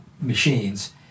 machines